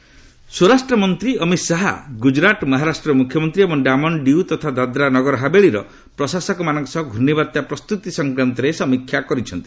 Shah cyclone ସ୍ୱରାଷ୍ଟ୍ର ମନ୍ତ୍ରୀ ଅମିତ ଶାହା ଗୁଜରାଟ ମହାରାଷ୍ଟ୍ରର ମୁଖ୍ୟମନ୍ତ୍ରୀ ଏବଂ ଡାମନ ଓ ଡିଉ ତଥା ଦାଦ୍ରାନଗରହାବେଳିର ପ୍ରଶାସକମାନଙ୍କ ସହ ଘୂର୍ଣ୍ଣବାତ୍ୟା ପ୍ରସ୍ତୁତି ସଂକ୍ରାନ୍ତରେ ସମୀକ୍ଷା କରିଛନ୍ତି